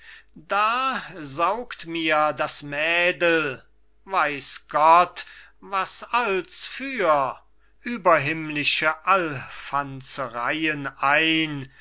da saugt mir das mädel weiß gott was als für überhimmlische alfanzereien ein